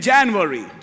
January